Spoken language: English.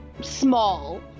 small